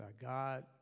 God